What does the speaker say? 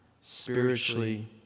spiritually